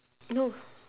no